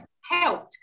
helped